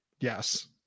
Yes